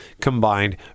combined